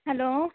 hello